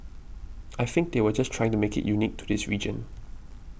I think they were just trying to make it unique to this region